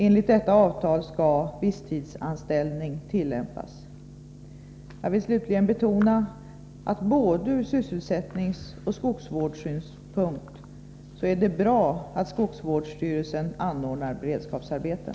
Enligt detta avtal skall visstidsanställning tillämpas. Jag vill slutligen betona att ur både sysselsättningsoch skogsvårdssynpunkt är det bra att skogsvårdsstyrelsen anordnar beredskapsarbeten.